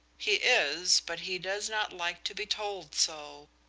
he is, but he does not like to be told so.